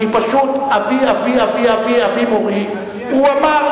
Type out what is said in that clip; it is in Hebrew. כי פשוט אבי-אבי-אבי-אבי-אבי מורי הוא אמר: